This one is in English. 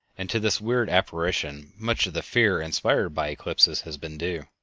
and to this weird apparition much of the fear inspired by eclipses has been due.